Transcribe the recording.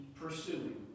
pursuing